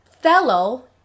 fellow